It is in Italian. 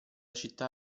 città